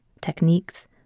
techniques